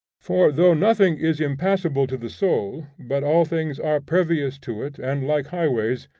for though nothing is impassable to the soul, but all things are pervious to it and like highways,